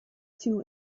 two